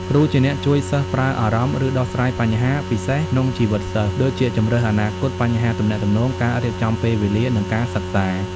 គ្រូជាអ្នកជួយសិស្សប្រើអារម្មណ៍ ឬដោះស្រាយបញ្ហា ពិសេសក្នុងជីវិតសិស្ស ដូចជាជម្រើសអនាគត បញ្ហាទំនាក់ទំនង ការរៀបចំពេលវេលា និងការសិក្សា។